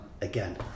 again